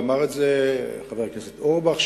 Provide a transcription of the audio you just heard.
אמר את זה חבר הכנסת אורבך,